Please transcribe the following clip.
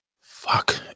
fuck